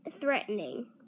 threatening